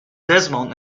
desmond